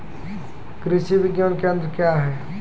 कृषि विज्ञान केंद्र क्या हैं?